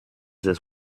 this